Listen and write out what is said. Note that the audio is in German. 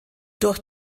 durch